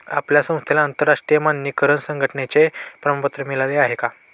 आपल्या संस्थेला आंतरराष्ट्रीय मानकीकरण संघटने चे प्रमाणपत्र मिळाले आहे का?